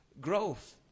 growth